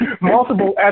multiple